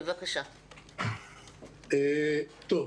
טוב,